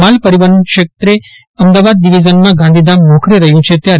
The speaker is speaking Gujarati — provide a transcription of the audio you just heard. માલ પરિવહનક્ષેત્રે અમદાવાદ ડિવિઝનમાં ગાંધીધામ મોખરે રહ્યુ છે ત્યારે